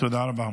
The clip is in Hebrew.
תודה רבה.